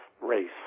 race